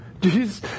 Jesus